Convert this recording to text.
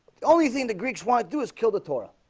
the only thing the greeks want to do is kill the torah.